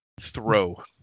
throw